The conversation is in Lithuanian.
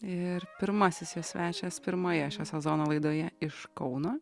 ir pirmasis jos svečias pirmoje šio sezono laidoje iš kauno